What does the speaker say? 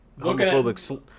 homophobic